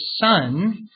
Son